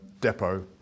depot